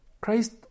Christ